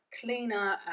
cleaner